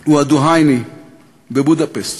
הוא ה"דוהאני" בבודפשט.